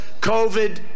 COVID